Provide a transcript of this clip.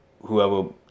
whoever